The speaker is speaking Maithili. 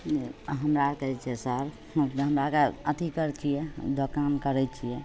हमरा आओरके जे छै सर मतलब हमरा आओरके अथी करै छिए दोकान करै छिए